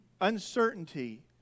Uncertainty